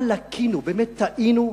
אבל לקינו, באמת טעינו,